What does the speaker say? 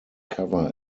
cover